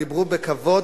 דיברו בכבוד,